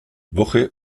woche